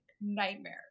nightmare